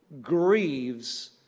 grieves